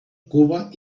cuba